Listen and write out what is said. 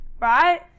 right